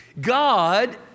God